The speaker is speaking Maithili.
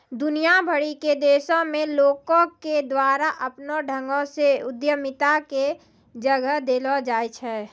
दुनिया भरि के देशो मे लोको के द्वारा अपनो ढंगो से उद्यमिता के जगह देलो जाय छै